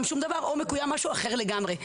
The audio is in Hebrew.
שום דבר או מקויים משהו אחר לגמרי.